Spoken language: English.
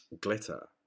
Glitter